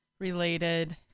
related